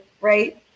right